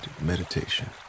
meditation